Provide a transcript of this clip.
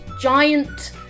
giant